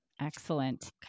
Excellent